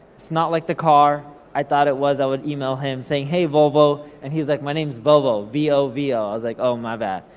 it's not like the car. i thought it was, i would email him saying, hey volvo. and he was like, my name's vovo, v o v o. i was like, oh, my bad.